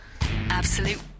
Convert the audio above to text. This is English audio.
Absolute